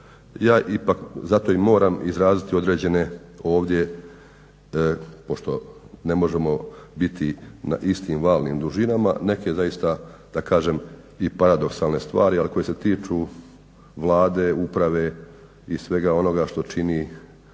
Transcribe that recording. ja ipak zato i moram izraziti određene ovdje pošto ne možemo biti na istim valnim dužinama, neke zaista da kažem i paradoksalne stvari ali koje se tiču Vlade, uprave i svega onoga što čine